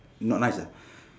not nice ah